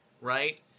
right